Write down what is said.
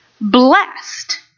Blessed